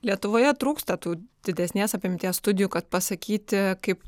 lietuvoje trūksta tų didesnės apimties studijų kad pasakyti kaip